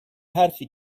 حرفی